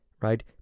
right